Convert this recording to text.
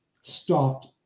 stopped